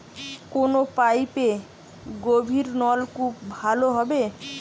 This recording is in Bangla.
কোন পাইপে গভিরনলকুপ ভালো হবে?